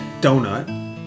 Donut